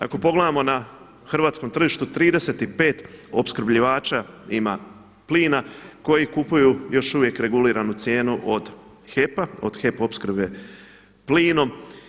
Ako pogledamo na hrvatskom tržištu 35 opskrbljivača ima plina koji kupuju još uvijek reguliranu cijenu od HEP-a, od HEP opskrbe plinom.